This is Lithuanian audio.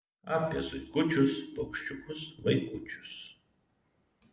apie zuikučius paukščiukus vaikučius